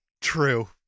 true